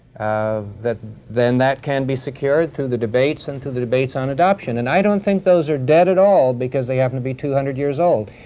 ah then, that can be secured through the debates and through the debates on adoption, and i don't think those are dead at all because they happen to be two hundred years old.